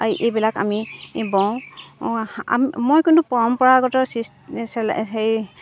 এইবিলাক আমি বওঁ মই কোনো পৰম্পৰাগত চি সেই